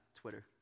Twitter